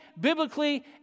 biblically